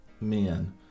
men